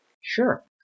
Sure